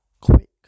quick